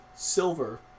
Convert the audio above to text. silver